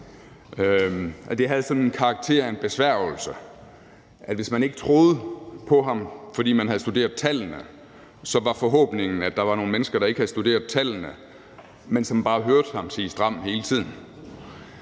det havde sådan karakter af en besværgelse, at hvis man ikke troede på ham, fordi man havde studeret tallene, var forhåbningen, at der var nogle mennesker, der ikke havde studeret tallene, men som bare hørte ham sige »stram« hele tiden.